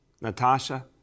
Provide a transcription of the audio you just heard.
Natasha